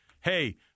hey